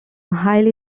highly